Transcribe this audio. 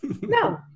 No